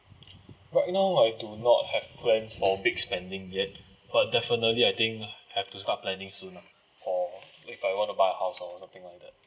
right now I do not have plans for big spending yet but definitely I think have to start planning soon lah for if I want to buy house or something like that